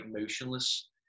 motionless